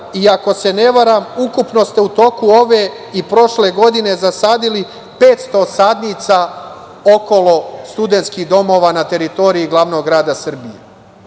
ako se ne varam, ukupno ste u toku ove i prošle godine zasadili 500 sadnica okolo studentskih domova na teritoriji glavnog grada Srbije.